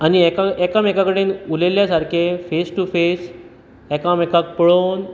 आनी एका एकामेकां कडेन उलयल्या सारके फॅस टू फॅस एकामेकांक पळोवन